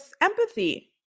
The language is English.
empathy